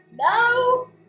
No